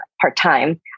part-time